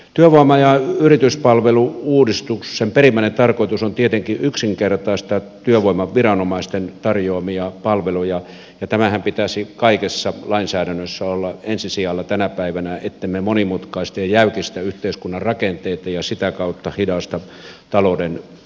työvoima ja yrityspalvelu uudistuksen perimmäinen tarkoitus on tietenkin yksinkertaistaa työvoimaviranomaisten tarjoamia palveluja ja tämänhän pitäisi kaikessa lainsäädännössä olla ensi sijalla tänä päivänä ettemme monimutkaista ja jäykistä yhteiskunnan rakenteita ja sitä kautta hidasta talouden edistymistä